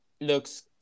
looks